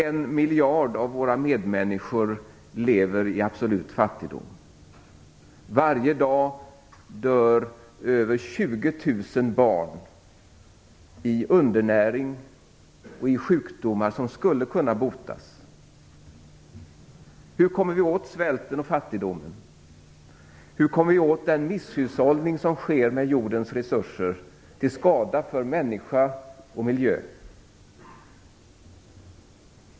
En miljard av våra medmänniskor lever i absolut fattigdom. Varje dag dör över 20 000 barn av undernäring eller i sjukdomar som skulle kunna botas. Hur kommer vi åt svälten och fattigdomen? Hur kommer vi åt den misshushållning som sker med jordens resurser till skada för människa och miljö?